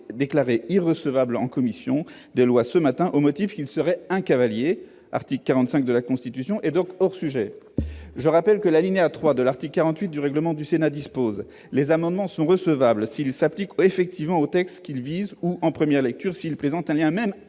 déclaré irrecevable en commission des lois ce matin, au motif qu'il serait un cavalier législatif au sens de l'article 45 de la Constitution, et donc hors sujet. Je rappelle qu'aux termes de l'alinéa 3 de l'article 48 du règlement du Sénat, « les amendements sont recevables s'ils s'appliquent effectivement au texte qu'ils visent ou, en première lecture, s'ils présentent un lien, même